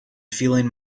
feeling